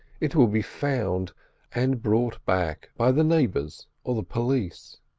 it will be found and brought back by the neighbours or the police.